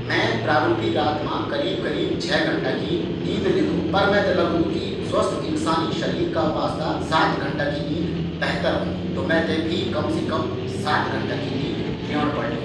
मैं प्रारुपी रात मा लगभग छ घंटा की नींद लेंदू। लेकिन मैं थें लगदू स्वस्थ्य इंसान का वास्ता सात घंटा की नींद बेहतर होंदी। त मैं थें भी कम से कम सात घंटा की नींद लेंण पड़ली।